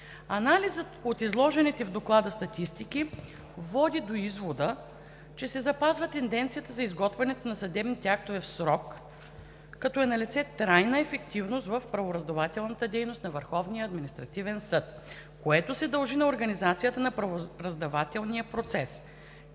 Анализът от изложените в доклада статистики води до извода, че се запазва тенденцията за изготвянето на съдебни актове в срок, като е налице трайна ефективност в правораздавателната дейност на Върховния административен съд, което се дължи на организацията на правораздавателния процес,